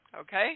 Okay